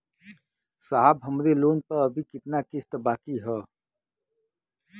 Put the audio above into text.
साहब हमरे लोन पर अभी कितना किस्त बाकी ह?